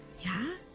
yeah?